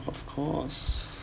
of course